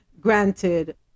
Granted